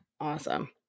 Awesome